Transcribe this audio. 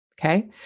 Okay